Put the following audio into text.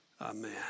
Amen